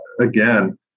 again